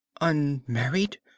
unmarried